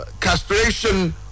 castration